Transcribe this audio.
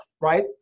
right